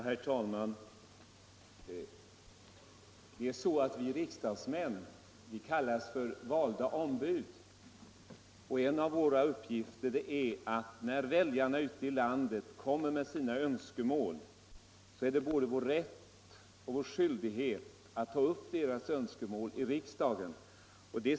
Herr talman! Vi riksdagsmän kallas för folkets valda ombud, och när väljarna ute i landet kommer med sina önskemål är det både vår rätt och vår skyldighet att ta upp dessa i riksdagen.